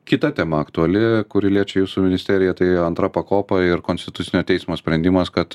kita tema aktuali kuri liečia jūsų ministeriją tai antra pakopa ir konstitucinio teismo sprendimas kad